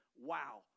wow